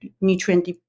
nutrient